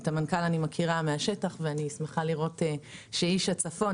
את המנכ"ל אני מכירה מהשטח ואני שמחה לראות שאיש הצפון,